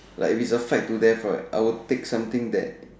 like it's a fight to death what I would take something that